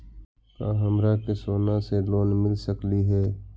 का हमरा के सोना से लोन मिल सकली हे?